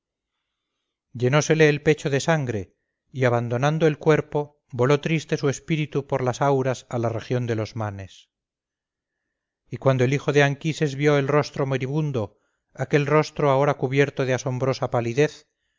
llenósele el pecho de sangre y abandonando el cuerpo voló triste su espíritu por las auras a la región de los manes y cuando el hijo de anquises vio el rostro moribundo aquel rostro ahora cubierto de asombrosa palidez